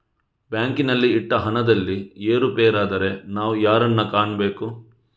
ಬ್ಯಾಂಕಿನಲ್ಲಿ ಇಟ್ಟ ಹಣದಲ್ಲಿ ಏರುಪೇರಾದರೆ ನಾವು ಯಾರನ್ನು ಕಾಣಬೇಕು?